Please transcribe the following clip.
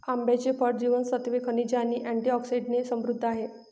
आंब्याचे फळ जीवनसत्त्वे, खनिजे आणि अँटिऑक्सिडंट्सने समृद्ध आहे